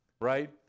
right